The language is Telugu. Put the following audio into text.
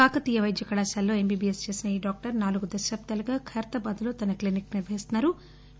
కాకతీయ వైద్య కళాశాలలో ఎంచీబీఎస్ చేసిన ఈ డాక్టర్ నాలుగు దశాబ్దాలుగా ఖైరతాబాద్లో తన క్లిని నిర్వహిస్తున్నా రు